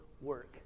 work